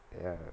ya